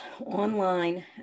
online